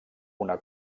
una